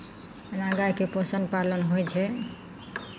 एना गायके पोषण पालन होइ छै